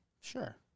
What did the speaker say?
Sure